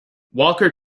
walker